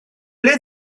ble